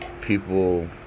people